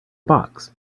box